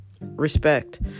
respect